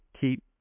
keep